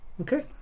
okay